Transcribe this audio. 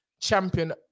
champion